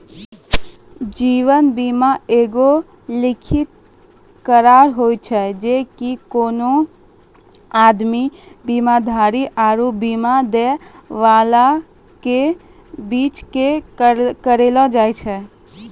जीवन बीमा एगो लिखित करार होय छै जे कि कोनो आदमी, बीमाधारी आरु बीमा दै बाला के बीचो मे करलो जाय छै